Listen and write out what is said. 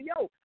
yo